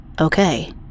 Okay